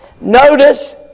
Notice